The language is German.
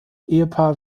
ehepaar